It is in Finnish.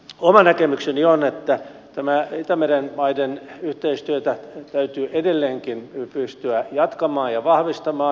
oma näkemykseni on että tätä itämeren maiden yhteistyötä täytyy edelleenkin pystyä jatkamaan ja vahvistamaan